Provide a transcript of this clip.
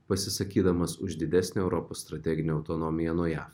pasisakydamas už didesnę europos strateginę autonomiją nuo jav